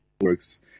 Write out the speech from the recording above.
works